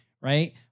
right